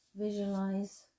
visualize